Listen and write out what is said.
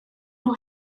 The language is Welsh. nhw